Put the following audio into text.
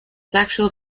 sexual